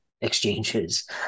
exchanges